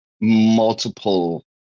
multiple